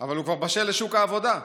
אבל הוא כבר בשל לשוק העבודה.